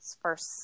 first